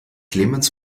clemens